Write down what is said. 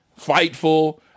fightful